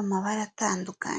amabara atandukanye.